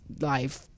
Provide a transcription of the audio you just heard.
life